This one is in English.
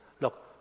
look